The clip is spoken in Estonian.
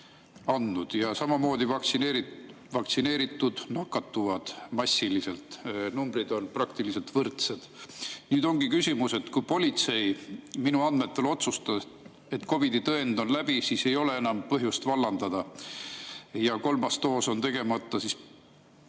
Samamoodi vaktsineeritud nakatuvad massiliselt, numbrid on praktiliselt võrdsed. Nüüd ongi küsimus [selles], et kui politsei minu andmetel otsustas, et COVID‑i tõend on läbi, siis ei ole enam põhjust vallandada. Ja kui kolmas doos on tegemata, siis ka